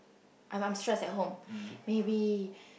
I'm I'm stress at home maybe